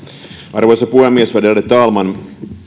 arvoisa puhemies värderade talman